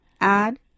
add